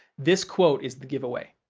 this quote is the giveaway.